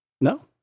No